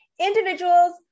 individuals